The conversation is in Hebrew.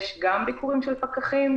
יש גם ביקורים של פקחים,